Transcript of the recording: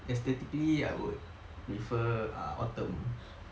aesthetically I would prefer err autumn